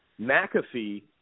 McAfee